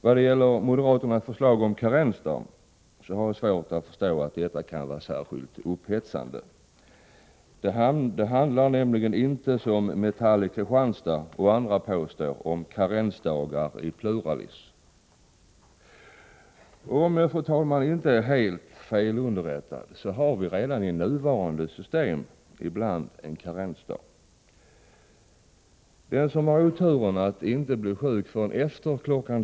Vad gäller moderaternas förslag om karensdag har jag svårt att förstå att detta kan vara särskilt upphetsande. Det handlar nämligen inte, — som Metall i Kristianstad och andra påstår — om karensdagar, i pluralis. Och om jag, fru talman, inte är helt fel underrättad har vi redan i nuvarande system ibland en karensdag. Den som har oturen att bli sjuk först efter kl.